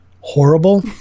horrible